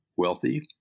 wealthy